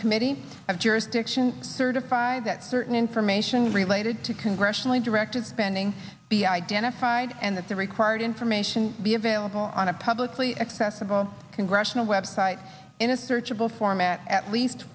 committee of jurisdiction certify that certain information related to congressionally directed spending be identified and that the required information be available on a publicly accessible congressional website in a searchable format at least